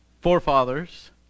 forefathers